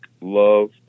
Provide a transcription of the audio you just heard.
Love